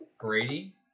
Brady